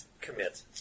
Commit